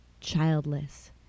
childless